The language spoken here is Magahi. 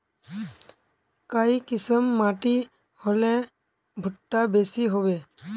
काई किसम माटी होले भुट्टा बेसी होबे?